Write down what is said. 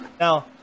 Now